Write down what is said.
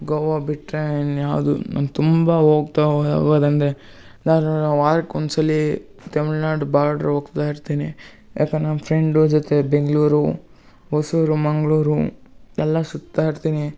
ಗೋವಾ ಬಿಟ್ಟರೆ ಇನ್ನು ಯಾವುದು ನಾನು ತುಂಬ ಹೋಗ್ತಾ ಹೋಗೋದಂದ್ರೆ ನಾನು ವಾರಕ್ಕೆ ಒಂದು ಸಲ ತಮಿಳ್ನಾಡು ಬಾಡ್ರ್ ಹೋಗ್ತಾ ಇರ್ತೀನಿ ಯಾಕನ್ ನಮ್ಮ ಫ್ರೆಂಡು ಜೊತೆ ಬೆಂಗಳೂರು ಹೊಸೂರು ಮಂಗಳೂರು ಎಲ್ಲ ಸುತ್ತಾ ಇರ್ತೀನಿ